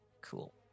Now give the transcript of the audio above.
cool